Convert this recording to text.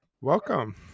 welcome